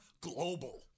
global